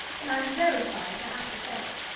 and i am very sorry to have to say it.